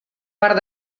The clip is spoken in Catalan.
part